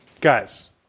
guys